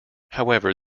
however